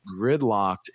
gridlocked